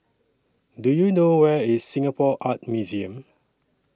Do YOU know Where IS Singapore Art Museum